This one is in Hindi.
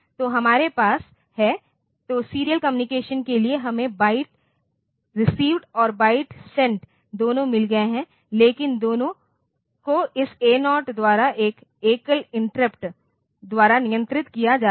तो हमारे पास है तो सीरियल कम्युनिकेशन के लिए हमें बाइट रेसिवेद और बाइट सेंट दोनों मिल गए हैं लेकिन दोनों को इस A0 द्वारा एक एकल इंटरप्ट द्वारा नियंत्रित किया जाता है